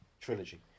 trilogy